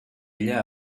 ella